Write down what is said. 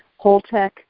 Holtec